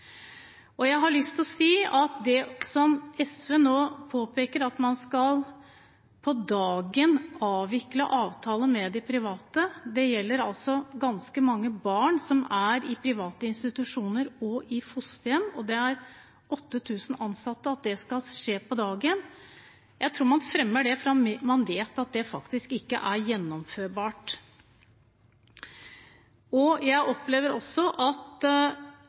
Jeg har lyst til å si at det som SV nå påpeker, at man på dagen skal avvikle avtaler med de private – det gjelder altså ganske mange barn som er i private institusjoner og i fosterhjem, og 8 000 ansatte – jeg tror man fremmer det fordi man vet at det faktisk ikke er gjennomførbart. Jeg opplever også at